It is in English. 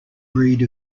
breed